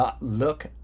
look